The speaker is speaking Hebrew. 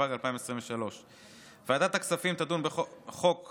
התשפ"ג 2023. ועדת הכספים תדון בהצעת